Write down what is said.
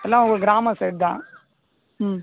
எல்லாம் உங்கள் கிராமம் சைடு தான் ம்